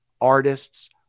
artists